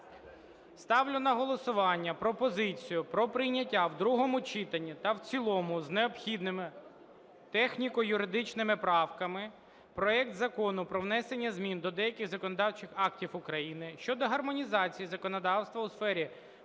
Ставлю на голосування пропозицію про прийняття в другому читанні та в цілому з необхідними техніко-юридичними правками проект Закону про внесення змін до деяких законодавчих актів України щодо гармонізації законодавства у сфері